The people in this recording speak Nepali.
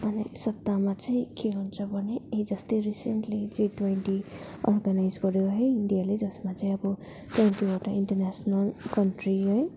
अनि सत्तामा चाहिँ के हुन्छ भने हिजो अस्ति रिसेन्टली जी ट्वेन्टी अर्गनाइज गऱ्यो है इन्डियाले जसमा चाहिँ अब ट्वेन्टीवटा इन्टरनेसनल कन्ट्री है